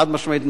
חד-משמעית,